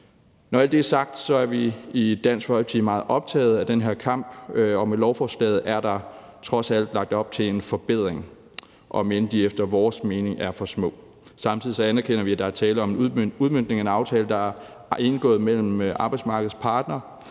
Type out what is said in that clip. Når alt det er sagt, er vi i Dansk Folkeparti meget optagede af den her kamp, og med lovforslaget er der trods alt lagt op til forbedringer, om end de efter vores mening er for små. Samtidig anerkender vi, at der er tale om en udmøntning af en aftale, der er indgået mellem arbejdsmarkedets parter,